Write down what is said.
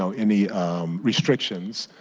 so any restrictions.